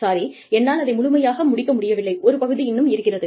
sorry என்னால் அதை முழுமையாக முடிக்க முடியவில்லை ஒரு பகுதி இன்னும் இருக்கிறது